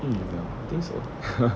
mm ya I think so